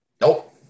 Nope